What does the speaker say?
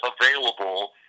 available